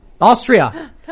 Austria